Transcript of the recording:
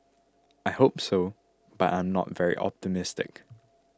I hope so but I am not very optimistic